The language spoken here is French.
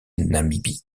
namibie